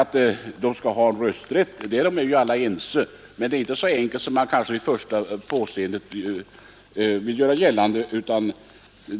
Att de skall ha rösträtt, därom är alla ense, men det är inte så enkelt som det kanske vid första påseendet förefaller.